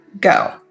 go